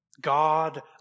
God